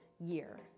year